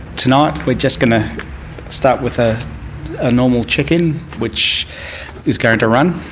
tonight we're just going to start with a ah normal check-in which is going to run.